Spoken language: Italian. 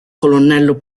colonnello